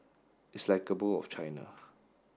it's like a bowl of China